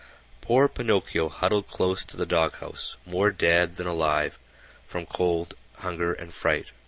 poor pinocchio huddled close to the doghouse more dead than alive from cold, hunger, and fright.